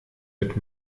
wird